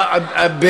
מה זאת ההכללה הזאת?